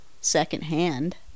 secondhand